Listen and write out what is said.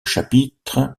chapitre